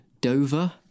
Dover